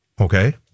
Okay